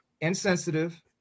insensitive